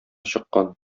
чыккан